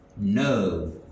no